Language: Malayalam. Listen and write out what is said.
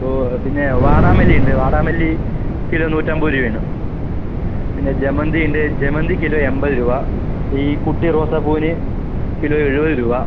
ഓ പിന്നെ വാടാമല്ലി ഉണ്ട് വാടാമല്ലി കിലോ നൂറ്റമ്പത് രൂപയാണ് പിന്നെ ജമന്തി ഉണ്ട് ജമന്തി കിലോ എമ്പത് രൂപ ഈ കുട്ടി റോസാപ്പൂവിന് കിലോ എഴുപത് രൂപ